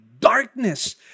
darkness